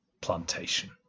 plantation